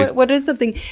but what is something,